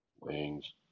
Wings